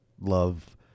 Love